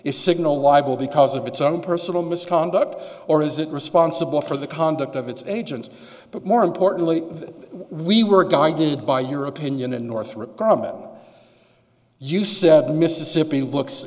is signal libel because of its own personal misconduct or is it responsible for the conduct of its agents but more importantly we were guided by your opinion and northrop grumman you said mississippi looks